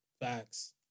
Facts